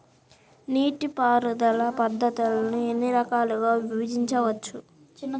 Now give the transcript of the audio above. నీటిపారుదల పద్ధతులను ఎన్ని రకాలుగా విభజించవచ్చు?